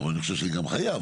אני חושב שאני גם חייב.